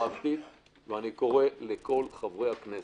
אני קורא לכל חברי הכנסת,